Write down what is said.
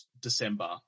December